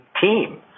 team